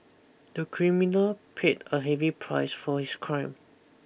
the criminal paid a heavy price for his crime